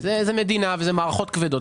זה מדינה וזה מערכות כבדות.